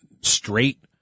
straight